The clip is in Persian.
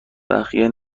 بخیه